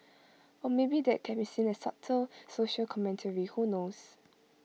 or maybe that can be seen as subtle social commentary who knows